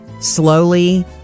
slowly